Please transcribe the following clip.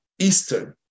Eastern